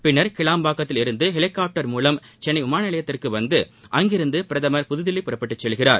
பின்னர் கிளாம்பாக்கத்தில் இருந்து ஹெலிகாப்டர் மூலம் சென்னை விமான நிலையத்திற்கு வந்து அங்கிருந்து பிரதமர் புதுதில்லி புறப்பட்டு செல்கிறார்